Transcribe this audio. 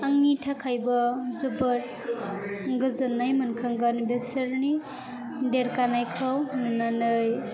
आंनि थाखायबो जोबोद गोजोननाय मोनखांगोन बिसोरनि देरगानायखौ नुनानै